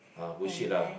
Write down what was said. ah bullshit lah